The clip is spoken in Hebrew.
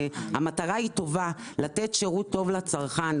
המטרה היא טובה והיא לתת שירות טוב לצרכן,